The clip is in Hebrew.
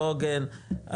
לא הוגן,